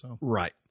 Right